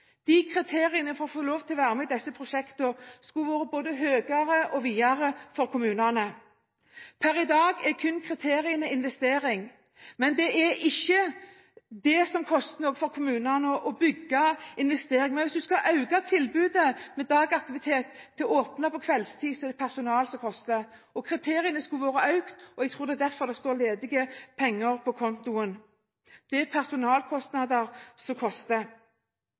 å få lov til å være med i disse prosjektene vært både høyere og videre for kommunene. Per i dag er kriteriene kun knyttet til investering, men det er ikke det som koster noe for kommunene. Hvis en skal øke aktivitetstilbudet slik at en også har åpent på kveldstid, er det personalet som koster. Kriteriene skulle vært økt. Jeg tror det er derfor det står ledige penger på kontoen – det er personalkostnadene som